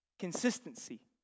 consistency